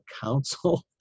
council